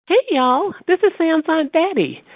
hey, y'all. this is sam's aunt betty.